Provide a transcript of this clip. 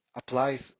applies